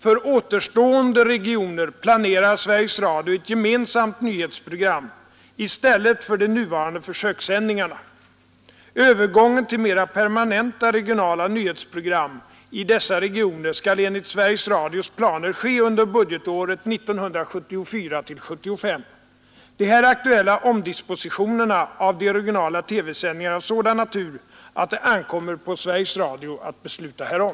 För återstående regioner planerar Sveriges Radio ett gemensamt nyhetsprogram i stället för de nuvarande försökssändningarna. Övergången till mera permanenta regionala nyhetsprogram i dessa regioner skall enligt Sveriges Radios planer ske under budgetåret 1974/75. De här aktuella omdispositionerna av de regionala TV-sändningarna är av sådan natur att det ankommer på Sveriges Radio att besluta därom.